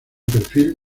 perfil